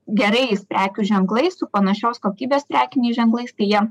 gerais prekių ženklai su panašios kokybės prekiniais ženklais tai jie